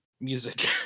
music